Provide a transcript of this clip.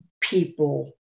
people